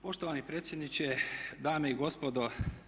Poštovani predsjedniče, dame i gospodo.